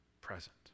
present